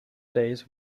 days